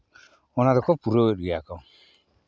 ᱚᱱᱟ ᱫᱚᱠᱚ ᱯᱩᱨᱟᱹᱣᱮᱫ ᱜᱮᱭᱟ ᱠᱚ